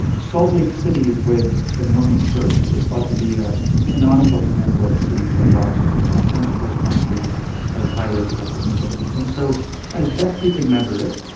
salt lake city, with the mormon church, is thought to be a canonical example of a city with a lot of social capital and correspondingly has high rates of upward mobility. and so as best we can measure it,